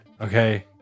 okay